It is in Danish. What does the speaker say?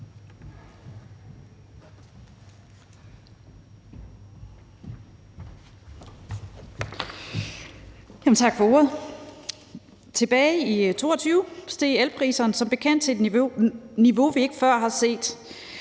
Tak for ordet. Tilbage i 2022 steg elpriserne som bekendt til et niveau, vi ikke før havde set.